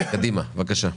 בבקשה.